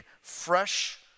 fresh